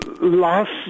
last